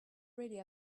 really